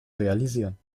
realisieren